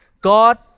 God